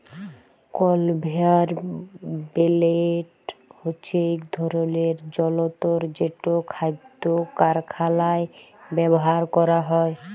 conveyor belt হছে ইক ধরলের জলতর যেট খাদ্য কারখালায় ব্যাভার ক্যরা হয়